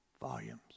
volumes